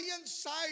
inside